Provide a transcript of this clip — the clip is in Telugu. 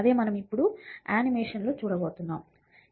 అదే మనం ఇప్పుడు యానిమేషన్లో చూడబోతున్నాం